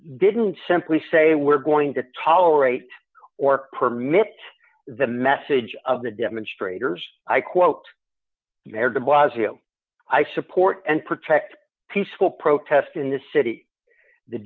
didn't simply say we're going to tolerate or permit the message of the demonstrators i quote was you i support and protect peaceful protest in the city the